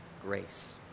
grace